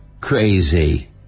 crazy